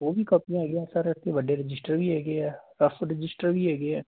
ਉਹ ਵੀ ਕਾਪੀਆਂ ਹੈਗੀਆਂ ਸਰ ਬਾਕੀ ਵੱਡੇ ਰਜਿਸਟਰ ਵੀ ਹੈਗੇ ਆ ਰਫ ਰਜਿਸਟਰ ਵੀ ਹੈਗੇ ਆ